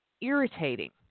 irritating